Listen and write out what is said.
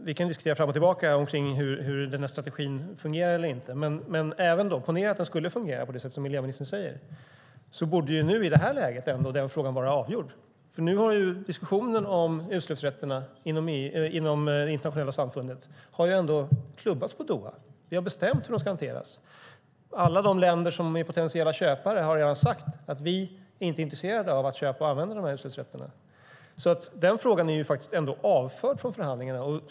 Vi kan diskutera fram och tillbaka kring om den här strategin fungerar eller inte. Men ponera att den skulle fungera på det sätt som miljöministern säger. Då borde frågan i det här läget vara avgjord, för nu har ju frågan om utsläppsrätterna inom det internationella samfundet klubbats i Doha. Vi har bestämt hur de ska hanteras. Alla de länder som är potentiella köpare har redan sagt att de inte är intresserade av att köpa och använda utsläppsrätterna, så den frågan är ändå avförd från förhandlingarna.